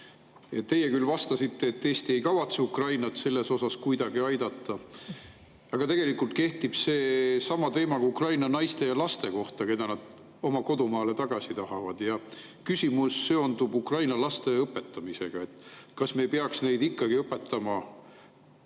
Te küll vastasite, et Eesti ei kavatse Ukrainat selles osas kuidagi aidata. Tegelikult kehtib seesama teema ka Ukraina naiste ja laste kohta, keda nad oma kodumaale tagasi tahavad. Küsimus seondub Ukraina laste õpetamisega. Kas me ei peaks neid õpetama ikkagi